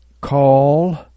call